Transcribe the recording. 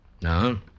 No